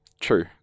true